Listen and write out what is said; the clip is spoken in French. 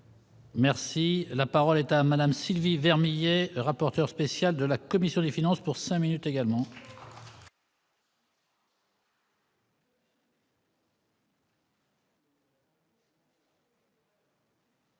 Merci, la parole est à Madame Sylvie Vermeillet, rapporteur spécial de la commission des finances pour 5 minutes également.